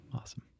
Awesome